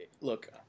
look